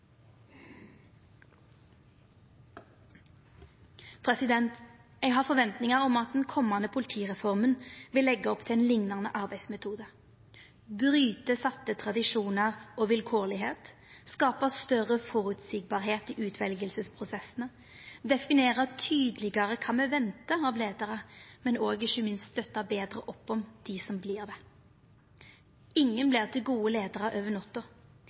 Eg har forventningar om at den komande politireforma vil leggja opp til ein liknande arbeidsmetode – bryta tradisjonar og vilkårlegheit, gjera utveljingsprosessane føreseielege i større grad, definera tydelegare kva me ventar av leiarar, og ikkje minst støtta betre opp om dei som vert det. Ingen vert gode leiarar over